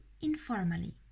informally